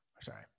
sorry